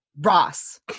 ross